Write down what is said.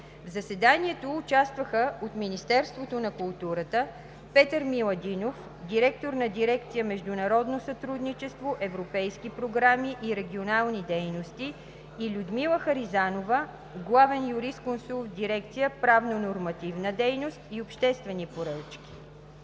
В заседанието участваха от Министерството на културата: Петър Миладинов – директор на Дирекция „Международно сътрудничество, европейски програми и регионални дейности“, и Людмила Харизанова – главен юрисконсулт в Дирекция „Правно нормативна дейност и обществени поръчки“.